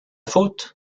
faute